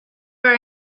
our